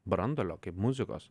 branduolio kaip muzikos